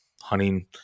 hunting